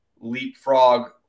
leapfrog